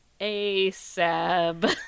A-sab